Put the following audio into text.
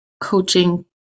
coaching